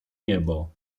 niebo